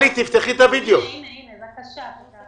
אנחנו מתכוונים לתת מענה לסוגיה והיא תוסדר